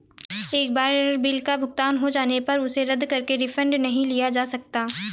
एक बार बिल का भुगतान हो जाने पर उसे रद्द करके रिफंड नहीं लिया जा सकता